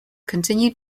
continue